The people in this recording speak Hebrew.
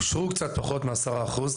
אושרו קצת פחות מעשרה אחוז.